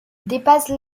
dépasse